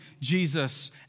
Jesus